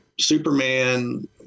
Superman